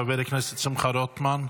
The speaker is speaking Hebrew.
חבר הכנסת שמחה רוטמן,